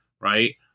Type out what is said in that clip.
right